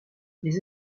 les